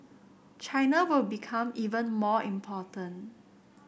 China will become even more important